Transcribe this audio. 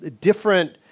different